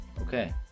okay